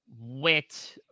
wit